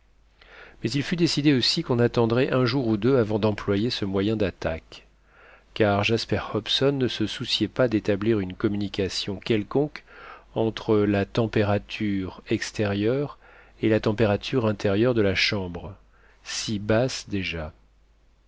mais il fut décidé aussi qu'on attendrait un jour ou deux avant d'employer ce moyen d'attaque car jasper hobson ne se souciait pas d'établir une communication quelconque entre la température extérieure et la température intérieure de la chambre si basse déjà